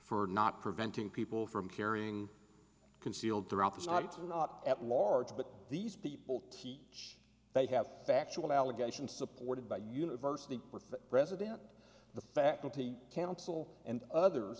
for not preventing people from carrying concealed throughout the night at large but these people teach they have factual allegations supported by university president the faculty council and others